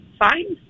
fine